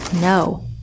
No